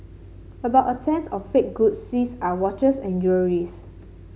about a tenth of fake goods seized are watches and jewellery's